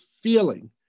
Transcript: feeling